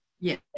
yes